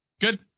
Good